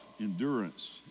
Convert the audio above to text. endurance